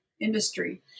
industry